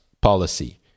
policy